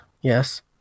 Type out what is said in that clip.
Yes